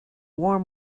warm